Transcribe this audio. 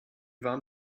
warm